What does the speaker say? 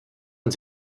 und